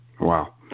Wow